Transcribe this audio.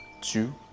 two